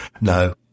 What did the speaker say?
No